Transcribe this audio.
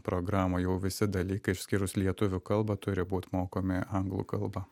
programoj jau visi dalykai išskyrus lietuvių kalbą turi būt mokomi anglų kalba